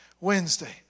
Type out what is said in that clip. Wednesday